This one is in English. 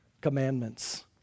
commandments